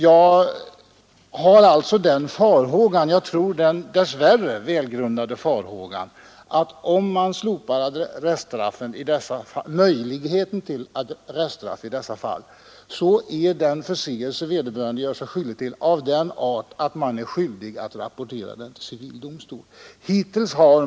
Jag hyser således den farhågan — och jag tror tyvärr den är välgrundad — att om möjligheten till arreststraff slopas blir man skyldig att rapportera förseelse av det här slaget till civil domstol.